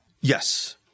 Yes